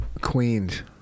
Queens